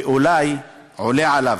ואולי עולה עליו,